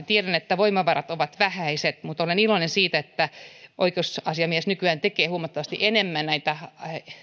tiedän että voimavarat ovat vähäiset mutta olen iloinen siitä että oikeusasiamies nykyään tekee huomattavasti enemmän näitä